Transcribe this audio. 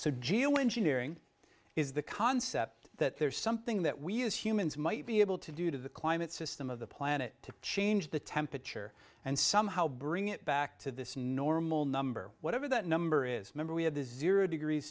engineering is the concept that there is something that we as humans might be able to do to the climate system of the planet to change the temperature and somehow bring it back to this normal number whatever that number is member we have the zero degrees